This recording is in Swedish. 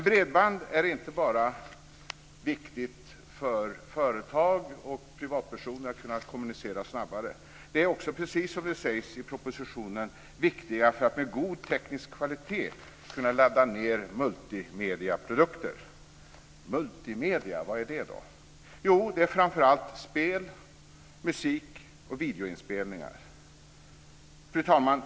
Bredband är inte bara viktigt för företag och privatpersoner som vill kunna kommunicera snabbare. Det är också, precis som det sägs i propositionen, viktigt för att man med god teknisk kvalitet ska kunna ladda ned multimediaprodukter. Multimedia, vad är det? Det är framför allt spel, musik och videoinspelningar. Fru talman!